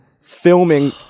filming